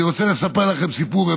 אני רוצה לספר לכם סיפור.